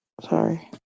sorry